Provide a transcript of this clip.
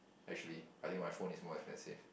actually I think my phone is more expensive